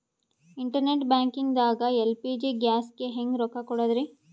Internet banking ದಾಗ LPG ಗ್ಯಾಸ್ಗೆ ಹೆಂಗ್ ರೊಕ್ಕ ಕೊಡದ್ರಿ?